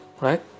right